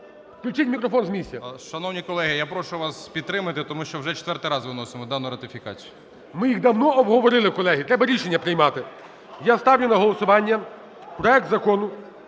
Включіть мікрофон з місця. 13:25:56 ТІТАРЧУК М.І. Шановні колеги, я прошу вас підтримати, тому що вже четвертий раз виносимо дану ратифікацію. ГОЛОВУЮЧИЙ. Ми їх давно обговорили, колеги, треба рішення приймати. Я ставлю на голосування проект Закону